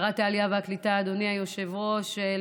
אדוני היושב-ראש,